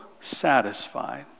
satisfied